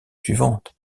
suivante